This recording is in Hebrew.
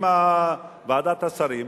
עם ועדת השרים.